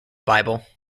bible